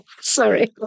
Sorry